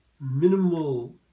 minimal